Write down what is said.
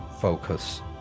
focus